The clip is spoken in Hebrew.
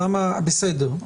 בסדר,